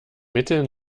mitteln